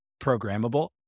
programmable